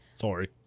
Sorry